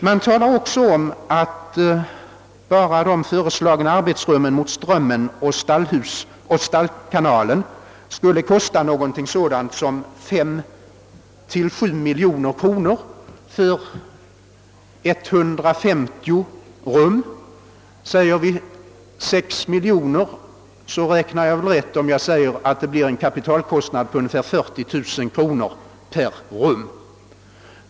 Man framhåller också att redan de föreslagna arbetsrummen mot Strömmen och Stallkanalen skulle kosta någonting sådant som 5 till 7 miljoner kronor för 150 rum. Säger vi 6 miljoner, räknar jag väl rätt när jag finner att det blir en kapitalkostnad på ungefär 40 000 kronor per rum.